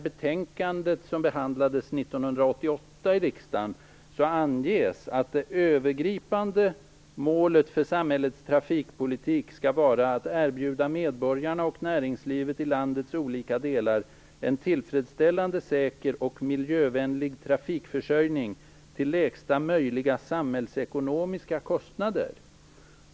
1988 anges att det övergripande målet för samhällets trafikpolitik skall vara att erbjuda medborgarna och näringslivet i landets olika delar en tillfredsställande, säker och miljövänlig trafikförsörjning till lägsta möjliga samhällsekonomiska kostnader.